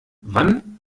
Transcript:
wann